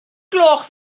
gloch